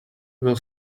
will